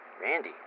Randy